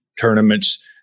tournaments